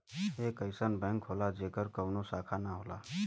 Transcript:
एक अइसन बैंक होला जेकर कउनो शाखा ना होला